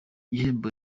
gihembo